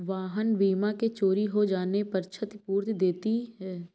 वाहन बीमा वाहन के चोरी हो जाने पर क्षतिपूर्ति देती है